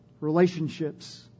relationships